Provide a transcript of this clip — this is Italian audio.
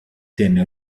tenne